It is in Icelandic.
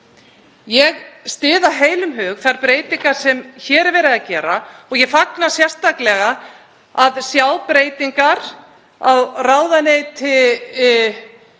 Ég styð af heilum hug þær breytingar sem hér er verið að gera og ég fagna sérstaklega að sjá breytingar á ráðuneyti